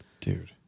Dude